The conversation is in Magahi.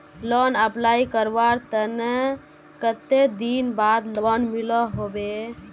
लोन अप्लाई करवार कते दिन बाद लोन मिलोहो होबे?